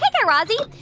but guy razzie.